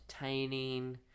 entertaining